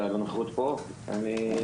לכם,